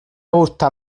gusta